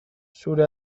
zure